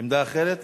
עמדה אחרת?